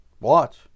watch